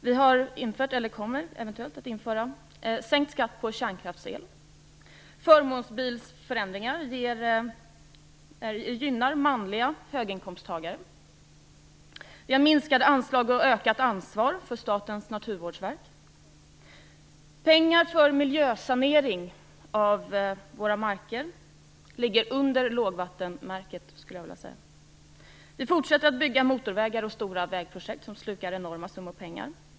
Vi kommer eventuellt att införa sänkt skatt på kärnkraftsel. Förmånsbilsförändingar gynnar manliga höginkomsttagare. Statens naturvårdsverk får minskade anslag och ökat ansvar. Den summa som föreslås för miljösanering av våra marker ligger under lågvattenmärket. Vi fortsätter att bygga motorväg och stora vägprojekt som slukar enorma summor pengar.